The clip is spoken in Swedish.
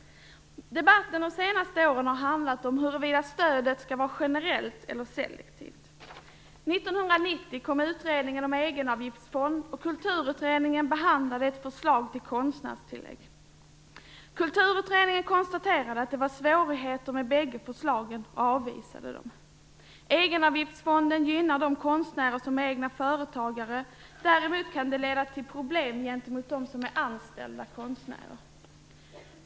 Debatten de senaste åren har handlat om huruvida stödet skall vara generellt eller selektivt. År 1990 kom utredningen om egenavgiftsfond, och Kulturutredningen behandlade ett förslag till konstnärstillägg. Kulturutredningen konstaterade att det var svårigheter med bägge förslagen och avvisade dem. Egenavgiftsfonden gynnar de konstnärer som är egna företagare. Däremot kan den leda till problem gentemot dem som är anställda konstnärer.